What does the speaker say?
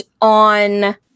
on